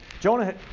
Jonah